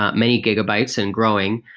ah many gigabytes and growing.